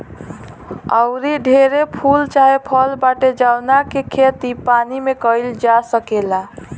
आऊरी ढेरे फूल चाहे फल बाटे जावना के खेती पानी में काईल जा सकेला